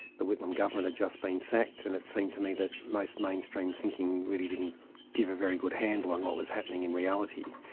the whitlam government had just been sacked, and it seemed to me that most mainstream thinking really didn't give a very good handle on what was happening in reality,